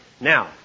Now